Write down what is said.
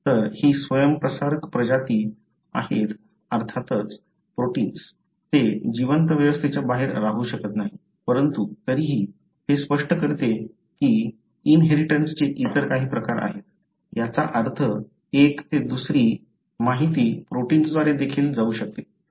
तर ही स्वयंप्रसारक प्रजाती आहेत अर्थातच प्रोटिन्स ते जिवंत व्यवस्थेच्या बाहेर राहू शकत नाहीत परंतु तरीही हे स्पष्ट करते की इन्हेरीटन्स चे इतर काही प्रकार आहेत याचा अर्थ एक ते दुसरी माहिती प्रोटिन्सद्वारे देखील जाऊ शकते